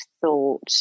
thought